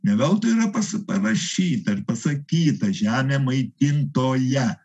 ne veltui yra pasa parašyta ir pasakyta žemė maitintoja